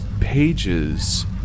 pages